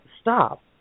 stop